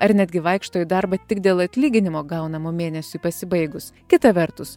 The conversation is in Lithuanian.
ar netgi vaikšto į darbą tik dėl atlyginimo gaunamo mėnesiui pasibaigus kita vertus